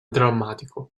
drammatico